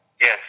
Yes